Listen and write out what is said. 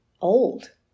old